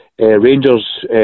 Rangers